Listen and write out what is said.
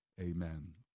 Amen